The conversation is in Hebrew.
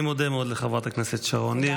אני מודה מאוד לחברת הכנסת שרון ניר,